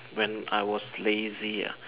when I was lazy ah